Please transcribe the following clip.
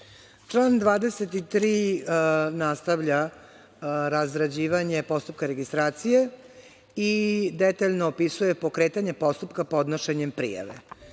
Član 23. nastavlja razrađivanje postupka registracije i detaljno opisuje pokretanje postupka podnošenjem prijave.